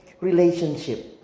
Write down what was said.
relationship